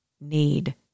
need